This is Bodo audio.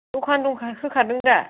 दखान होखादों दा